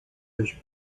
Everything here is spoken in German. durch